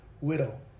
widow